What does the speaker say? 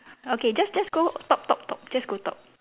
okay just just go top top top just go top